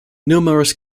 numerous